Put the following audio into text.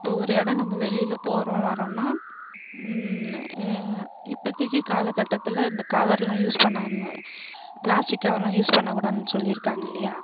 இப்போ ஒரு இடம் நம்ம வெளியில் போகிறோம் வரோன்னால் இப்போதிக்கி கால கட்டத்தில் இந்த கவரெலாம் யூஸ் பண்ண பிளாஸ்டிக் கவரெலாம் யூஸ் பண்ண கூடாதுன்னு சொல்லியிருக்காங்க இல்லையா